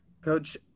Coach